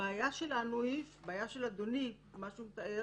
הבעיה של אדוני, מה שהוא מתאר,